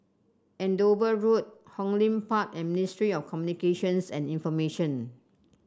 Andover Road Hong Lim Park and Ministry of Communications and Information